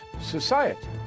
society